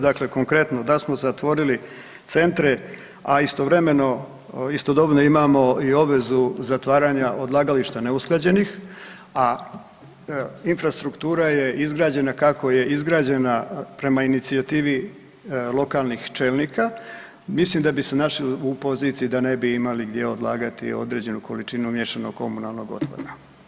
Dakle, konkretno da smo zatvorili centre, a istodobno imamo i obvezu zatvaranja odlagališta neusklađenih, a infrastruktura je izgrađena kako je izgrađena prema inicijativi lokalnih čelnika, mislim da bi se našli u poziciji da ne bi imali gdje odlagati određenu količinu miješanog komunalnog otpada.